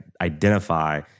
identify